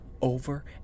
Over